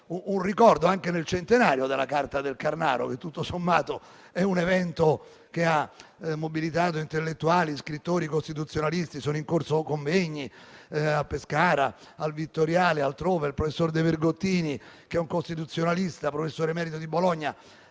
un ricordo nel centenario della Carta del Carnaro che tutto sommato è un evento che ha mobilitato intellettuali, scrittori e costituzionalisti, per il quale sono in corso convegni a Pescara, al Vittoriale e altrove. Ricordo anche che de Vergottini, costituzionalista e professore emerito di Bologna,